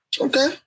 Okay